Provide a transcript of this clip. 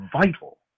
vital